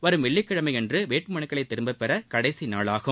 வரும் வெள்ளிக்கிழமையன்று வேட்புமனுக்களை திரும்பப்பெற கடைசிநாளாகும்